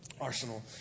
arsenal